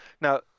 Now